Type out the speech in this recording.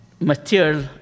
material